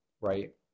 Right